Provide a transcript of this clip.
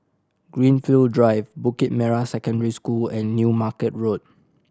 Greenfield Drive Bukit Merah Secondary School and New Market Road